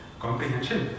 comprehension